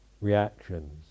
reactions